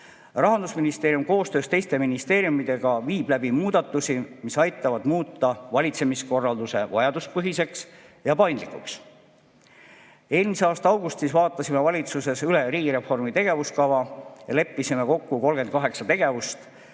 Rahandusministeerium koostöös teiste ministeeriumidega viib ellu muudatusi, mis aitavad muuta valitsemiskorralduse vajaduspõhiseks ja paindlikuks. Eelmise aasta augustis vaatasime valitsuses üle riigireformi tegevuskava ja leppisime kokku 38 tegevust,